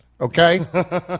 okay